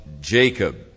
Jacob